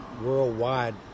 worldwide